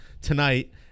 tonight –